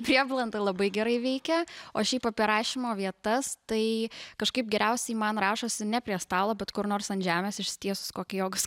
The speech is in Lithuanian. prieblanda labai gerai veikia o šiaip apie rašymo vietas tai kažkaip geriausiai man rašosi ne prie stalo bet kur nors ant žemės išsitiesus kokį jogos